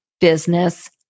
Business